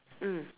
mm